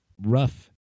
rough